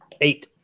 Eight